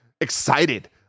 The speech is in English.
excited